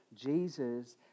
Jesus